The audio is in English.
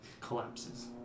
collapses